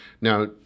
Now